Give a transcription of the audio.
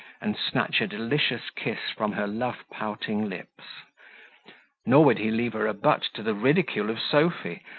and snatch a delicious kiss from her love-pouting lips nor would he leave her a butt to the ridicule of sophy,